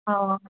ஆ ஆ